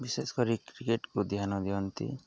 ବିଶେଷ କରି କ୍ରିକେଟକୁ ଧ୍ୟାନ ଦିଅନ୍ତି